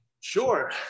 Sure